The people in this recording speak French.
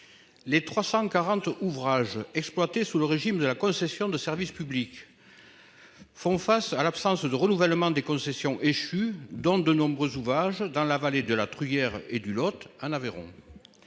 Les 340 ouvrages exploités sous le régime de la concession de services publics. Font face à l'absence de renouvellement des concessions échues dans de nombreux ouvrages dans la vallée de la trouille hier et du Lot, Aveyron.